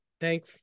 thank